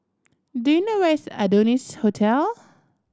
do you know where is Adonis Hotel